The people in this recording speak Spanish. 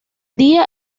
día